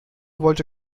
wollte